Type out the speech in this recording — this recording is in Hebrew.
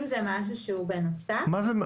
אם זה משהו שבא בנוסף אז לא.